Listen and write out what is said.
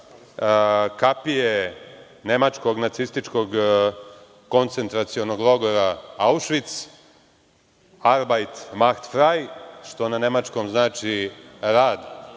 kapije nemačkog nacističkog koncentracionog logora Aušvic „arbajt maht fraj“ što na nemačkom znači rad